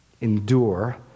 Endure